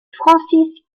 francis